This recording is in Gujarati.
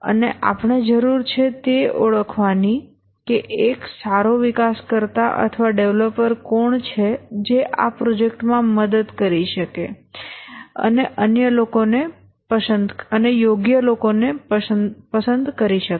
અને આપણે જરૂર છે તે ઓળખવાની કે એક સારો વિકાસકર્તા કોણ છે જે આ પ્રોજેક્ટમાં મદદ કરી શકે અને યોગ્ય લોકોને પસંદ કરી શકાય